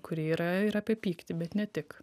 kuri yra ir apie pyktį bet ne tik